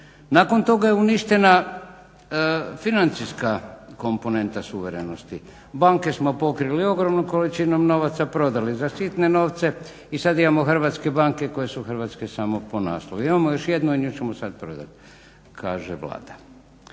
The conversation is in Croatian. Nakon toga je uništena financijska komponenta suverenosti. Banke smo pokrili ogromnom količinom novaca, prodali za sitne novce i sada imamo hrvatske banke koji su hrvatske samo po naslovu. Imamo još jednu i nju ćemo sada prodati kaže Vlada.